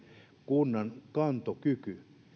kunnan kantokyky